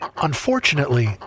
Unfortunately